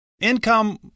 income